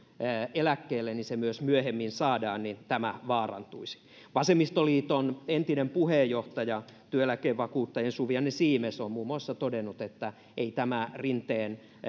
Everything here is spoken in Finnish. eläkkeelle niin se myös myöhemmin saadaan niin tämä vaarantuisi vasemmistoliiton entinen puheenjohtaja työeläkevakuuttajien suvi anne siimes on muun muassa todennut että ei tämä rinteen